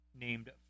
named